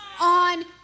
on